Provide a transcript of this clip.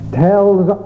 tells